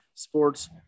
Sports